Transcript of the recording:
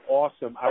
awesome